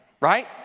right